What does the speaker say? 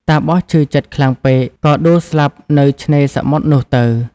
តាបសឈឺចិត្តខ្លាំង ពេក ក៏ដួលស្លាប់នៅឆ្នេរសមុទ្រនោះទៅ ។